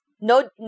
No